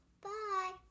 Bye